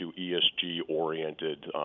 ESG-oriented